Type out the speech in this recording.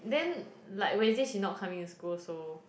then like Wednesday she not coming to school also